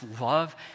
love